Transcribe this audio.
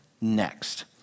next